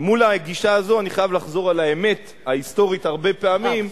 מול הגישה הזאת אני חייב לחזור על האמת ההיסטורית הרבה פעמים,